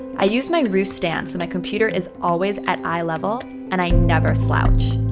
i use my roost stand so my computer is always at eye level and i never slouch.